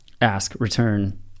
ask-return